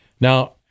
Now